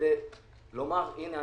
כדי לומר הנה,